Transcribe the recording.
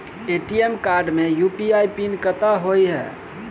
ATM card मे UPI PIN कतह होइ है?